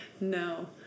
No